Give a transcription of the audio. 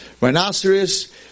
rhinoceros